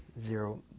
zero